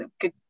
good